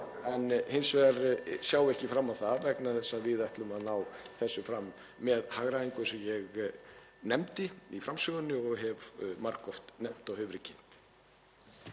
Hins vegar sjáum við ekki fram á það vegna þess að við ætlum að ná þessu fram með hagræðingu eins og ég nefndi í framsögunni og hef margoft nefnt og hefur verið kynnt.